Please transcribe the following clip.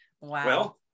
Wow